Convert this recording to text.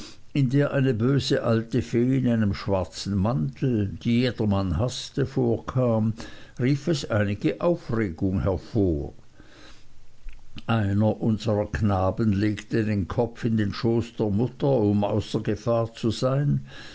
in der eine böse alte fee in einem schwarzen mantel die jedermann haßte vorkam rief es einige aufregung hervor einer unserer knaben legte den kopf in den schoß der mutter um außer gefahr zu sein